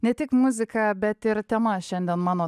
ne tik muzika bet ir tema šiandien mano